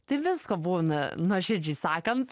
tai visko būna nuoširdžiai sakant